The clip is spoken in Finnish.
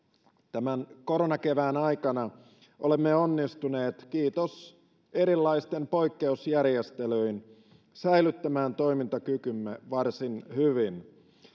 tämän koronakevään aikana olemme onnistuneet kiitos erilaisten poikkeusjärjestelyjen säilyttämään toimintakykymme varsin hyvin